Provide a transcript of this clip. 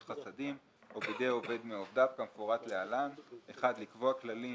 חסדים "או בידי עובד מעובדיו כמפורט להלן: לקבוע כללים